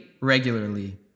regularly